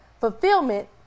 fulfillment